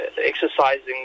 exercising